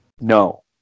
No